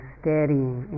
steadying